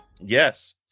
Yes